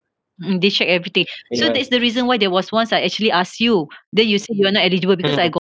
mm they check everything so that's the reason why there was once I actually asked you then you said you're not eligible because I got